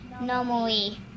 normally